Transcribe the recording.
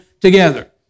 together